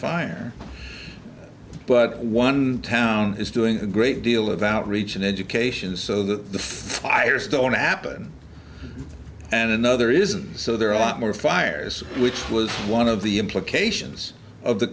fire but one town is doing a great deal of outreach and education so that the fires don't want to happen and another isn't so there are a lot more fires which was one of the implications of the